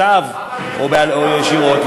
בכתב או ישירות,